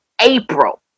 April